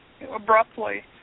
abruptly